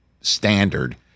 standard